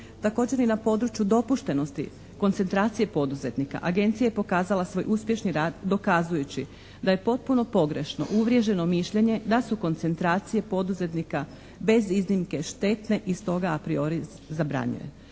Također i na području dopuštenosti koncentracije poduzetnika Agencija je pokazala svoj uspješni rad dokazujući da je potpuno pogrešno uvriježeno mišljenje da su koncentracije poduzetnika bez iznimke štetne i stoga apriori zabranjuje.